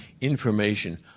information